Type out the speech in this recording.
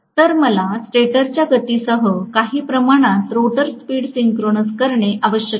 तर मला स्टेटरच्या गतीसह काही प्रमाणात रोटर स्पीड सिंक्रोनाइझ करणे आवश्यक आहे